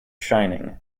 shining